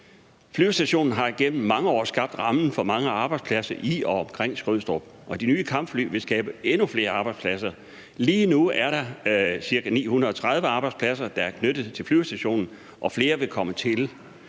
Flyvestationen har igennem mange år skabt rammen for mange arbejdspladser i og omkring Skrydstrup, og de nye kampfly vil skabe endnu flere arbejdspladser. Lige nu er der cirka 930 arbejdspladser, der er knyttet til flyvestationen, og flere vil komme til.